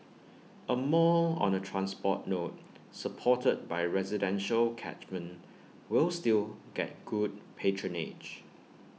A mall on A transport node supported by residential catchment will still get good patronage